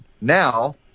now